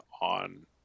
on